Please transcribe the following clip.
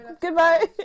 Goodbye